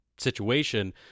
Situation